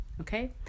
okay